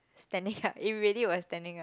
standing up it really was standing up